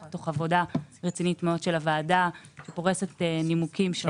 ותוך עבודה רצינית מאוד של הוועדה שפורסת נימוקים שונים.